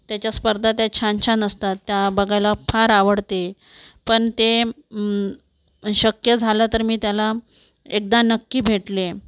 त्याच्या स्पर्धा त्या छान छान असतात त्या बघायला फार आवडते पण ते शक्य झालं तर मी त्याला एकदा नक्की भेटलेय